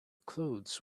clothes